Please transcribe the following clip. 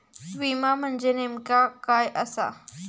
विमा म्हणजे नेमक्या काय आसा?